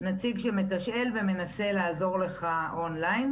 נציג שמתשאל ומנסה לעזור לך און-ליין.